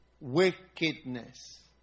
wickedness